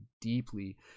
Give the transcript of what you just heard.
deeply